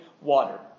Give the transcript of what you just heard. water